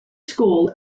school